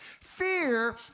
Fear